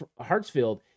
Hartsfield